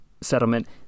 settlement